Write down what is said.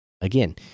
again